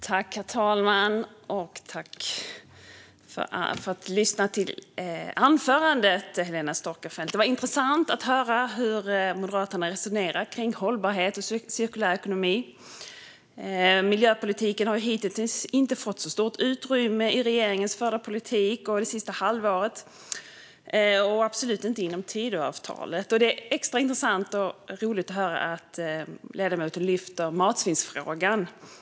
Herr talman! Tack för anförandet, Helena Storckenfeldt! Det var intressant att höra hur Moderaterna resonerar kring hållbarhet och cirkulär ekonomi. Miljöpolitiken har ju hittills inte fått så stort utrymme i regeringens förda politik det senaste halvåret och absolut inte i Tidöavtalet. Det är extra intressant och roligt att ledamoten lyfter fram matsvinnsfrågan.